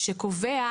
שקובע